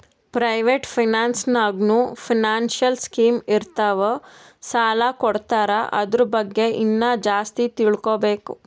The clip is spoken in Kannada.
ಪ್ರೈವೇಟ್ ಫೈನಾನ್ಸ್ ನಾಗ್ನೂ ಫೈನಾನ್ಸಿಯಲ್ ಸ್ಕೀಮ್ ಇರ್ತಾವ್ ಸಾಲ ಕೊಡ್ತಾರ ಅದುರ್ ಬಗ್ಗೆ ಇನ್ನಾ ಜಾಸ್ತಿ ತಿಳ್ಕೋಬೇಕು